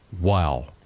Wow